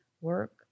work